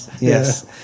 Yes